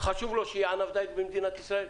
חשוב לו שיהיה ענף דייג במדינת ישראל.